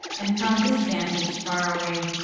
and from this vantage, far away,